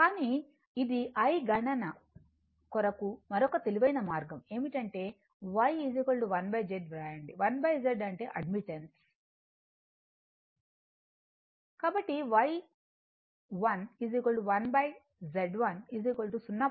ఇది I కానీ గణన కొరకు మరొక తేలికైన మార్గం ఏమిటంటే Y 1z వ్రాయండి1z అంటే అడ్మిటెన్స్ కాబట్టి Y1 1z1